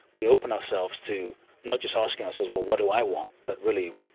we open ourselves to not just asking ourselves well, what do i want? but really,